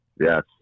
Yes